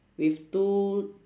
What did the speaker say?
with two